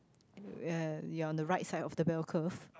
uh you are on the right side of the bell curve